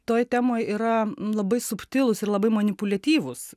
toj temoj yra labai subtilūs ir labai manipuliatyvūs